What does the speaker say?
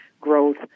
growth